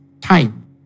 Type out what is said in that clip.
time